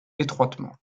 étroitement